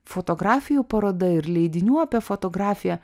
fotografijų paroda ir leidinių apie fotografiją